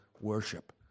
worship